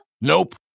Nope